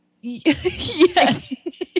yes